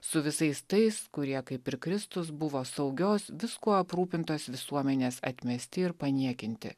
su visais tais kurie kaip ir kristus buvo saugios viskuo aprūpintos visuomenės atmesti ir paniekinti